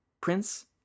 prince